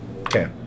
Okay